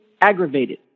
aggravated